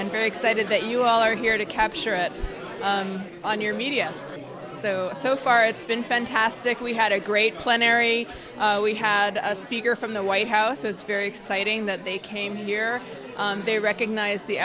and very excited that you all are here to capture it on your media so so far it's been fantastic we had a great plenary we had a speaker from the white house is very exciting that they came here they recognize the